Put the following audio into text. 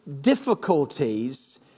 difficulties